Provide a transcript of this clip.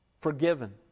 forgiven